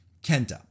Kenta